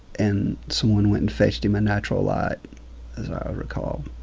and someone went and fetched him a natural light, as i recall.